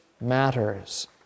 matters